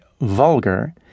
vulgar